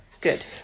good